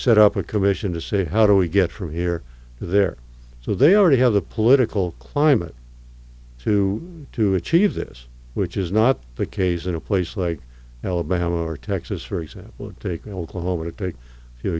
set up a commission to say how do we get from here to there so they already have the political climate to to achieve this which is not the case in a place like alabama or texas for example taking oklahoma to take